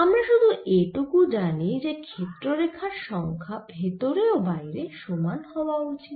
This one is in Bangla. আমরা শুধু এ টুকু জানি যে ক্ষেত্র রেখার সংখ্যা ভেতরে ও বাইরে সমান হওয়া উচিত